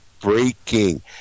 Breaking